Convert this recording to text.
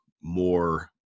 more